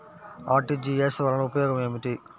RTGS వలన ఉపయోగం ఏమిటీ?